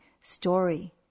story